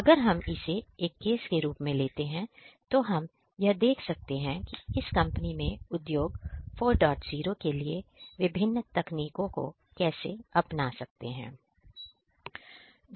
अगर हम इसे एक केस के रूप में लेते हैं तो हम यह देख सकते हैं इस कंपनी में उद्योग 40 के लिए विभिन्न तकनीकों को कैसे अपना सकते हैं